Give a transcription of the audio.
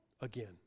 again